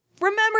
Remember